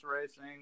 racing